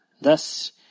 Thus